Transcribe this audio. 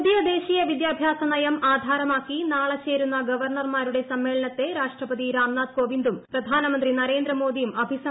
പുതിയ ദേശീയ വിദ്യാഭ്യാസനയം ആധാരമാക്കി നാളെ ചേരുന്ന ഗവർണർമാരുടെ സമ്മേളനത്തെ രാഷ്ട്രപതി രാംനാഥ് കോവിന്ദും പ്രധാനമന്ത്രി നരേന്ദ്രമോദിയും അഭിസംബോധന ചെയ്യും